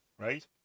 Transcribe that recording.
Right